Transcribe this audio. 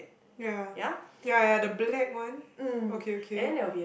ya ya ya the black one okay okay